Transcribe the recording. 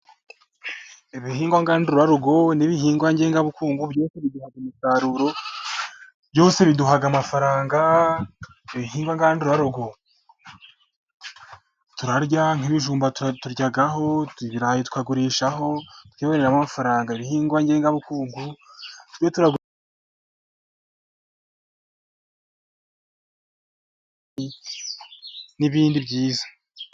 Ibihingwa ngandurarugo n'ibihingwa ngengabukungu byose biduha umusaruro. Byose biduha amafaranga. Ibihingwa ngandurarugo turarya, nk'ikijumba turyaho, ibirayi tukagurishaho tukiboneramo amafaranga, ibihingwa ngengabukungu byo... n'ibindi byiza.